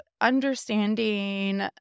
understanding